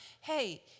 Hey